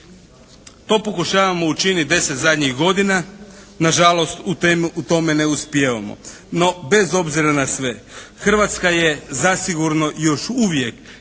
To pokušavamo učiniti deset zadnjih godina. Na žalost u tome ne uspijevamo. No, bez obzira na sve, Hrvatska je zasigurno još uvijek